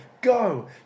go